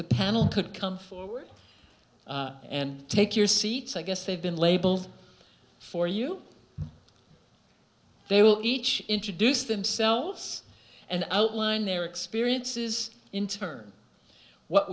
the panel could come forward and take your seats i guess they've been labeled for you they will each introduce themselves and outline their experiences in turn what